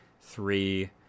three